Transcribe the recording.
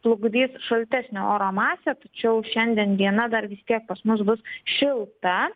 plukdys šaltesnę oro masę tačiau šiandien diena dar vis tiek pas mus bus šilta